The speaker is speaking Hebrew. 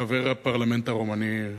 חבר הפרלמנט הרומני,